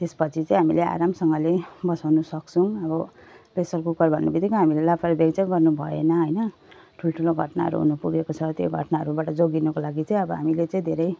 त्यसपछि चाहिँ हामीले आरामसँगले बसाउनसक्छौँ अब प्रेसर कुकर भन्नेबित्तिकै हामीले लापरवाही चाहिँ गर्नुभएन होइन ठुल्ठुलो घटनाहरू हुनपुगेको छ त्यो घटनाहरूबाट जोगिनुको लागि चाहिँ अब हामीले चाहिँ धेरै